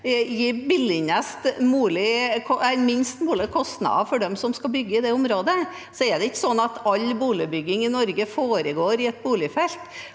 gir den lavest mulige kostnaden for dem som skal bygge i et område. Det er ikke sånn at all boligbygging i Norge foregår i boligfelt.